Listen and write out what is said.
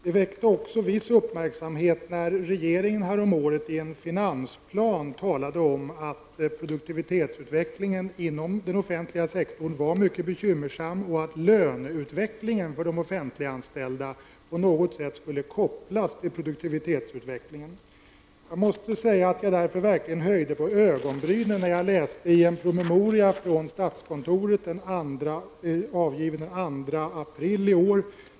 Det väckte också viss uppmärksamhet när regeringen häromåret i en finansplan talade om att produktivitetsutvecklingen inom den offentliga sektorn var mycket bekymmersam och att löneutvecklingen för de offentliganställda på något sätt skulle kopplas till produktivitetsutvecklingen. Jag måste därför säga att jag verkligen höjde på ögonbrynen när jag läste vad som stod i en promemoria från statskontoret avgiven den 2 april i år.